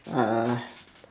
uh